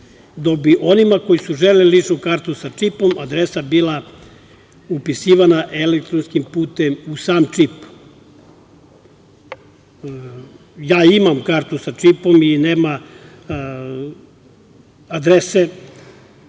dok bi onima koji su želeli ličnu kartu sa čipom adresa bila upisivana elektronskim putem u sam čip. Ja imam kartu sa čipom i nema adrese